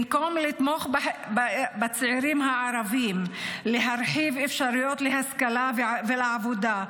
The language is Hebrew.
במקום לתמוך בצעירים הערבים להרחיב אפשרויות להשכלה ולעבודה,